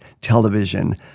television